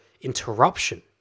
interruption